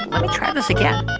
let me try this again